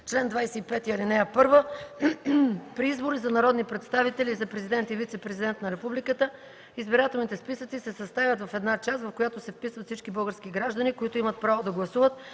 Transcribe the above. Чл. 25. (1) При избори за народни представители и за президент и вицепрезидент на републиката избирателните списъци се съставят в една част, в която се вписват всички български граждани, които имат право да гласуват